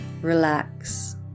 relax